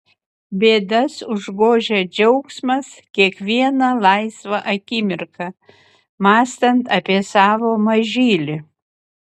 bėdas užgožia džiaugsmas kiekvieną laisvą akimirką mąstant apie savo mažylį